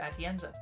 Atienza